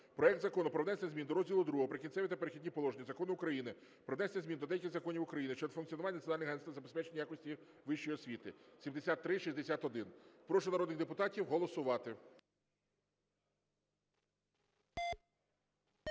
проект Закону про внесення змін до розділу ІІ "Прикінцеві та перехідні положення" Закону України "Про внесення змін до деяких законів України щодо функціонування Національного агентства з забезпечення якості вищої освіти" (7361). Прошу народних депутатів голосувати.